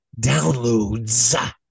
downloads